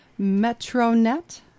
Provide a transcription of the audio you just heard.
Metronet